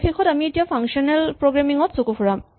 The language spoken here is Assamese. অৱশেষত আমি এতিয়া ফাংচনেল প্ৰগ্ৰেমিং ত চকু ফুৰাম